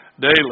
daily